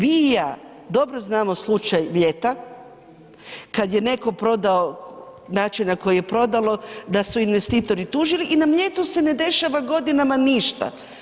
Vi i ja dobro znamo slučaj Mljeta, kad je neko prodao način na koji je prodalo da su investitori tužili i na Mljetu se ne dešava godinama ništa.